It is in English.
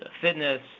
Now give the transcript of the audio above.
fitness